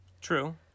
True